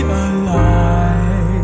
alive